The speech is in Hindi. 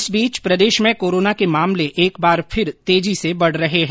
इस बीच प्रदेश में कोरोना के मामले एक बार फिर तेजी से बढ रहे हैं